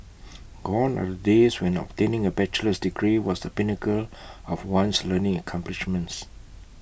gone are the days when obtaining A bachelor's degree was the pinnacle of one's learning accomplishments